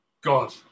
god